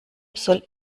soll